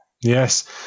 Yes